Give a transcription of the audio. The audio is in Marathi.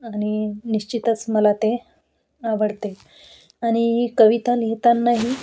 आणि निश्चितच मला ते आवडते आणि कविता लिहितानाही